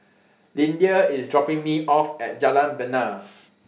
Lyndia IS dropping Me off At Jalan Bena